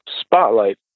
spotlight